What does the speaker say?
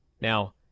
Now